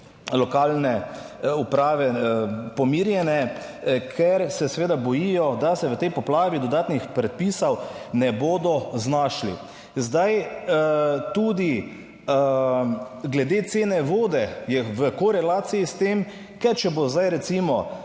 lokalne uprave pomirjene, ker se seveda bojijo, da se v tej poplavi dodatnih predpisov ne bodo znašli. Zdaj tudi glede cene vode je v korelaciji s tem, ker če bo zdaj recimo